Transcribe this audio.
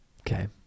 okay